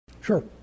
Sure